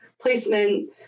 placement